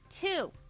Two